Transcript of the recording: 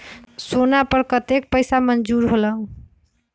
सोना पर कतेक पैसा ऋण मंजूर होलहु?